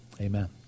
Amen